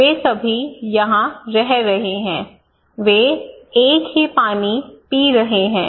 वे सभी यहां रह रहे हैं वे एक ही पानी पी रहे हैं